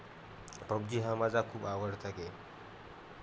PUBG हा माझा खूप आवडता खेळ